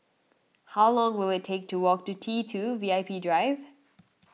how long will it take to walk to T two V I P Drive